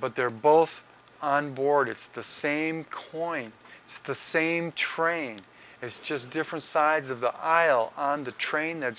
but they're both on board it's the same coin it's the same train it's just different sides of the aisle on the train that's